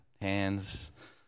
Hands